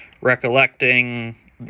recollecting